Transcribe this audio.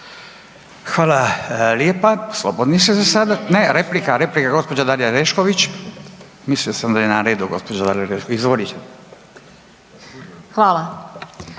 Hvala lijepa, slobodni ste za sada, ne replika, replika, gospođa Dalija Orešković, mislio sam da je na redu gospođa Orešković. Izvolite.